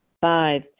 Five